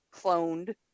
cloned